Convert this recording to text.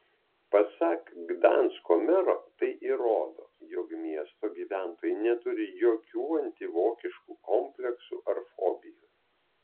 pasak gdansko mero tai įrodo jog miesto gyventojai neturi jokių antivokiškų kompleksų ar fobijų